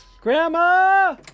Grandma